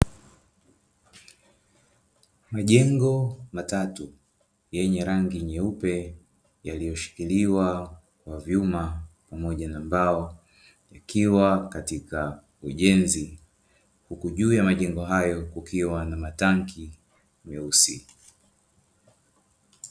Majengo matatu yenye rangi nyeupe yaliyoshikiliwa na vyuma pamoja na mbao ikiwa katika ujenzi, huku juu ya majengon hayo kukiwa na matanki meusi.